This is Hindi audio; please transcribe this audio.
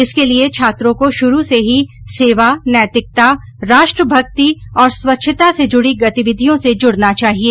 इसके लिये छात्रों को शुरू से ही सेवा नैतिकता राष्ट्रभक्ति और स्वच्छता से जुड़ी गतिविधियों से जुडना चाहिये